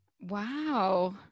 Wow